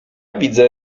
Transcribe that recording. widzę